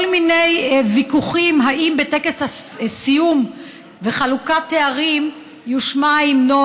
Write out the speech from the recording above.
כל מיני ויכוחים אם בטקס הסיום וחלוקת תארים יושמע ההמנון,